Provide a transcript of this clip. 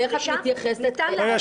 ואיך את מתייחסת --- רגע,